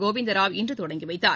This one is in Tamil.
கோவிந்தராவ் இன்று தொடங்கி வைத்தார்